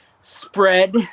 Spread